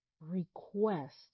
request